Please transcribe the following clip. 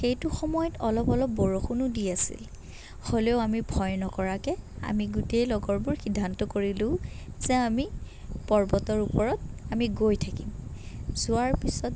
সেইটো সময়ত অলপ অলপ বৰষুণো দি আছিল হ'লেও আমি ভয় নকৰাকৈ আমি গোটেই লগৰবোৰ সিদ্ধান্ত কৰিলো যে আমি পৰ্বতৰ ওপৰত আমি গৈ থাকিম যোৱাৰ পিছত